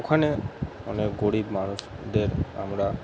ওখানে অনেক গরীব মানুষদের আমরা